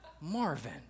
Marvin